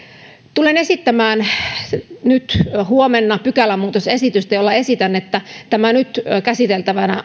tulen esittämään huomenna pykälämuutosesitystä jolla esitän että tätä nyt käsiteltävänä